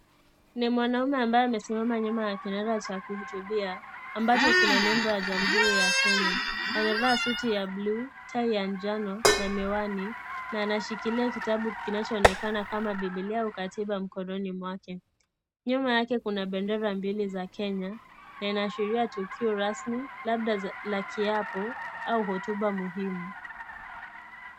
Ni mwanaume ambaye amesimama nyuma ya kinara cha kuhutubia ambacho kina nembo ya Jamuhuri ya kenya amevaa suti ya bluu tai ya njano na miwani na anashikilia kitabu kinacho onekana kama bibilia au katiba mkononi mwake. Nyuma yake kuna bendera mbili za Kenya na ina ashiria tukio rasmi labda la kiapo au hotuba muhimu.